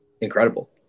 incredible